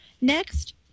Next